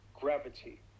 gravity